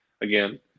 again